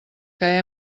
que